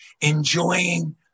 enjoying